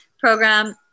program